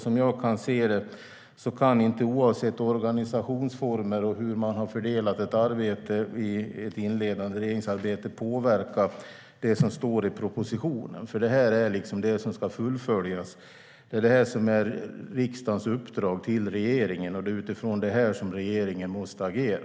Som jag ser det kan inte organisationsformer eller hur regeringen inledningsvis har fördelat arbetet påverka det som står i propositionen. Det är det som ska fullföljas, det är det som är riksdagens uppdrag till regeringen och det är utifrån det som regeringen måste agera.